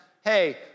hey